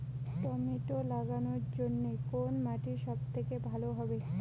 Tomato লাগানোর জন্যে কোন মাটি সব থেকে ভালো হবে?